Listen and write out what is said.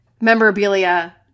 memorabilia